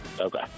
Okay